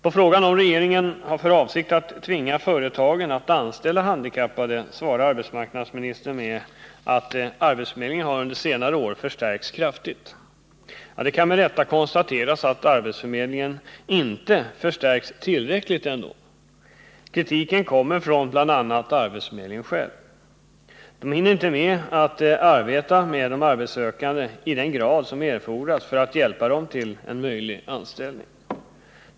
På frågan om regeringen har för avsikt att tvinga företagen att anställa handikappade svarar arbetsmarknadsministern att arbetsförmedlingen under senare år förstärkts kraftigt. Det kan med rätta konstateras att arbetsförmedlingarna ändå inte förstärkts tillräckligt. Kritiken kommer från bl.a. arbetsförmedlarna själva. De hinner inte med att arbeta med de arbetssökande i den grad som erfordras för att hjälpa dessa till en möjlig anställning.